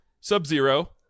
Sub-Zero